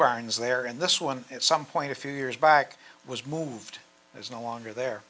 barns there and this one at some point a few years back was moved there is no longer there